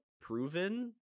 proven